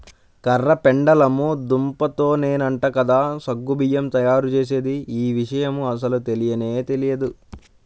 కర్ర పెండలము దుంపతోనేనంట కదా సగ్గు బియ్యం తయ్యారుజేసేది, యీ విషయం అస్సలు తెలియనే తెలియదు